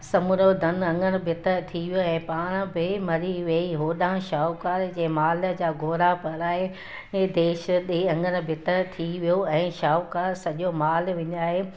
समूरो धन अङण बितर थी वियो ऐं पाण ॿिए मरी वई होॾां शाहूकार जे माल जा ॻोरा भराए देश ॾे अङण बितर थी वियो ऐं शाहूकारु सॼो मालु विञाए